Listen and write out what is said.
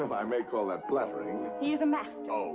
um i may call that flattering. he is a master. oh,